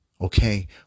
Okay